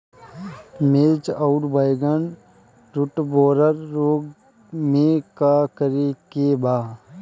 मिर्च आउर बैगन रुटबोरर रोग में का करे के बा?